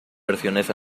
versiones